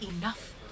enough